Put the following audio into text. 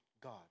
God